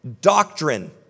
doctrine